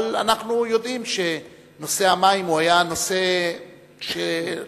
אבל אנחנו יודעים שנושא המים היה נושא חיוני